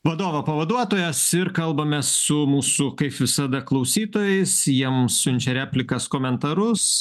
vadovo pavaduotojas ir kalbamės su mūsų kaip visada klausytojais jie mum siunčia replikas komentarus